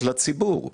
לציבור,